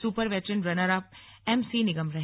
super veteran runner up MC Nigam रहे